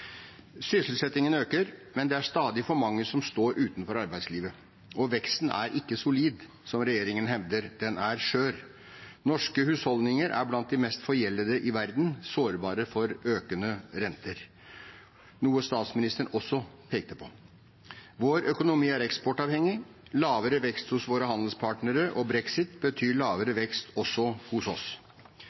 Sysselsettingen øker, men det er stadig for mange som står utenfor arbeidslivet. Og veksten er ikke solid, som regjeringen hevder, den er skjør. Norske husholdninger er blant de mest forgjeldede i verden og sårbare for økende renter, noe statsministeren også pekte på. Vår økonomi er eksportavhengig. Lavere vekst hos våre handelspartnere og brexit betyr lavere vekst også hos oss.